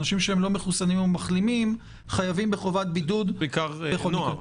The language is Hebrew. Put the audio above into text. אנשים שלא מחוסנים או מחלימים חייבים בחובת בידוד בכל מקרה.